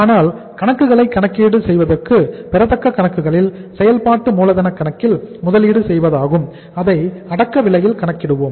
ஆனால் கணக்குகளை கணக்கீடு செய்வது பெறத்தக்க கணக்குகளில் செயல்பாட்டு மூலதன கணக்கில் முதலீடு செய்வதாகும் அதை அடக்க விலையில் கணக்கிடுவோம்